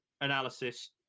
analysis